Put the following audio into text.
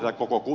sos